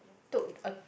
took a